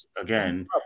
Again